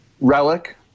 Relic